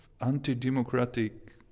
anti-democratic